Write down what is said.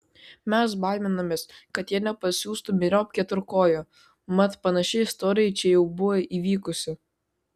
mes baiminamės kad jie nepasiųstų myriop keturkojo mat panaši istorija čia jau buvo įvykusi